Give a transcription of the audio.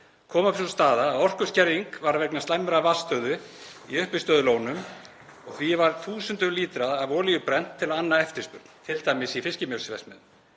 kom upp sú staða að orkuskerðing var vegna slæmrar vatnsstöðu í uppistöðulónum og því var þúsundum lítra af olíu brennt til að anna eftirspurn, t.d. í fiskimjölsverksmiðjum.